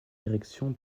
direction